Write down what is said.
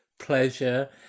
pleasure